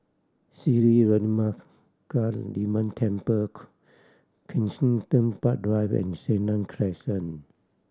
Sri Veeramakaliamman Temple Kensington Park Drive and Senang Crescent